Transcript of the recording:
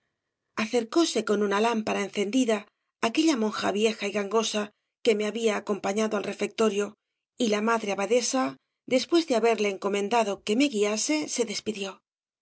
acercóse con una lámpara encendida aquella monja vieja y gangosa que me había acompañado al refectorio y la madre abadesa después de haberle encomendado que s obras de valle inclan gs me guiase se despidió